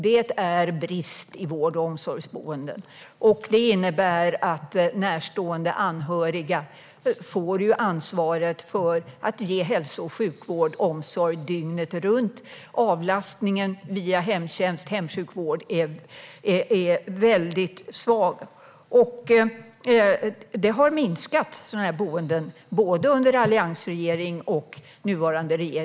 Det är brist på vård och omsorgsboenden, vilket innebär att närstående och anhöriga får ansvaret för att ge hälso och sjukvård och omsorg dygnet runt. Avlastningen via hemtjänst och hemsjukvård är väldigt svag. Boendena har minskat, både under alliansregeringen och under den nuvarande regeringen.